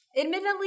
admittedly